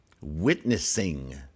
witnessing